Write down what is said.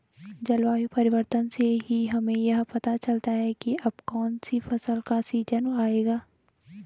जलवायु परिवर्तन से ही तो हमें यह पता चलता है की अब कौन सी फसल का सीजन आयेगा